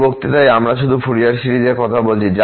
এই বক্তৃতায় আমরা শুধু ফুরিয়ার সিরিজের কথা বলছি